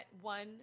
one